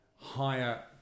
higher